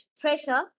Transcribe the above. pressure